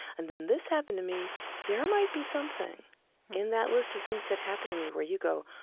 and then this happened to me there might be something in that list of things that happened to me where you go,